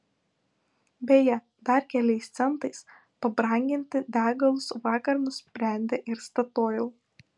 beje dar keliais centais pabranginti degalus vakar nusprendė ir statoil